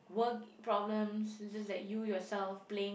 work problems this is like you yourself playing